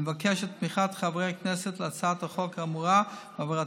אני מבקש את תמיכת חברי הכנסת בהצעת החוק האמורה והעברתה